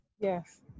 yes